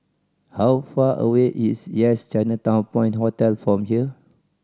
how far away is Yes Chinatown Point Hotel from here